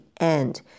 end